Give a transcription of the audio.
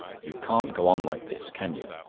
you can't go on like this, can you?